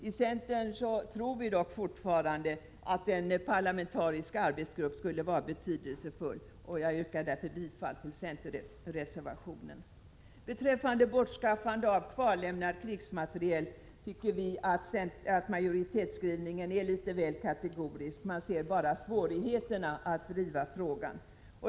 I centern tror vi dock fortfarande att en parlamentarisk arbetsgrupp skulle vara betydelsefull. Jag yrkar därför bifall till centerreservationen. Beträffande bortskaffande av kvarlämnad krigsmateriel tycker vi att majoritetsskrivningen är litet väl kategorisk; man ser bara svårigheterna att driva frågan.